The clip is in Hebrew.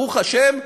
ברוך השם,